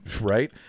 Right